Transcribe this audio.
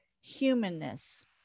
humanness